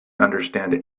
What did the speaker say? understand